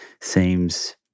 seems